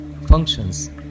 functions